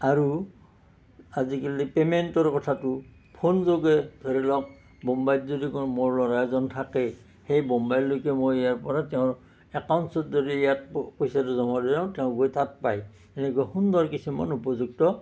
আৰু আজিকালি পে'মেণ্টৰ কথাটো ফোন যোগে ধৰি লওক বোম্বাইত যদি কোনো মোৰ ল'ৰাজন থাকে সেই বোম্বাইলৈকে মই ইয়াৰ পৰা তেওঁৰ একাউণ্টচত যদি ইয়াত পইচাটো জমা দিওঁ তেওঁ গৈ তাত পায় এনেকৈ সুন্দৰ কিছুমান উপযুক্ত